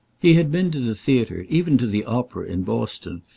he had been to the theatre, even to the opera, in boston,